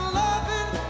loving